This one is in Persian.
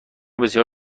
بسیار